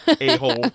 A-hole